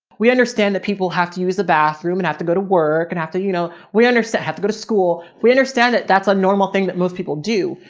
we understand that people have to use the bathroom and have to go to work and have to, you know, we understand have to go to school. if we understand that that's a normal thing that most people do,